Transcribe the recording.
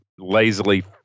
lazily